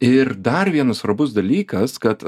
ir dar vienas svarbus dalykas kad